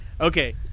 Okay